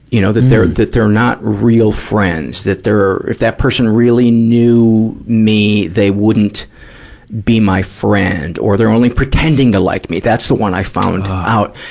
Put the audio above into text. you know, that they're, that they're not real friends. that they're, if that person really knew me, they wouldn't be my friend. or they're only pretending to like me. that's the one i found out.